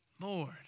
Lord